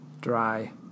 dry